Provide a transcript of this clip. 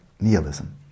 nihilism